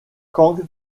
kang